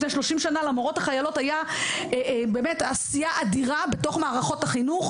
לפני 30 שנה הייתה עשייה אדירה בתוך מערכות החינוך,